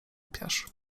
piasz